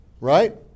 Right